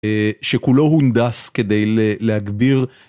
שכולו הונדס כדי להגביר.